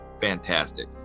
fantastic